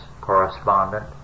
correspondent